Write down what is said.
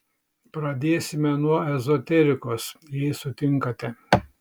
pradėsime nuo ezoterikos jei sutinkate